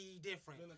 different